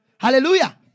Hallelujah